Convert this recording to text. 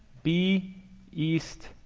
b east,